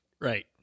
Right